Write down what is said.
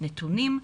נתונים,